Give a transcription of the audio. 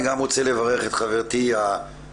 אני גם רוצה לברך את חברתי הוותיקה.